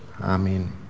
amen